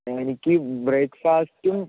എനിക്ക് ബ്രേക്ക്ഫാസ്റ്റും